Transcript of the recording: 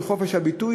חופש הביטוי,